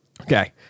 Okay